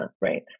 right